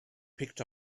picked